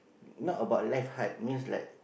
not about life hard means like